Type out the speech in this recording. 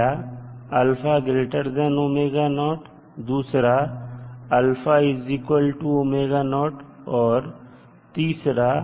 पहला दूसरा और तीसरा